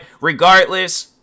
regardless